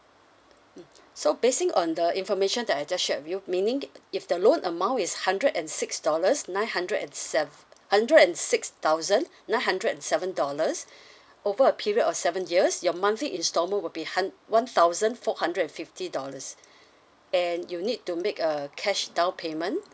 mm so basing on the information that I just shared with you meaning it if the loan amount is hundred and six dollars nine hundred and seven hundred and six thousand nine hundred and seven dollars over a period of seven years your monthly instalment will be hun~ one thousand four hundred and fifty dollars and you need to make a cash downpayment